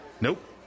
Nope